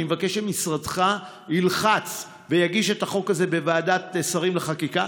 אני מבקש שמשרדך ילחץ ויגיש את החוק הזה בוועדת שרים לחקיקה,